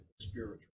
spiritual